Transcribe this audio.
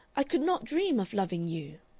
i could not dream of loving you.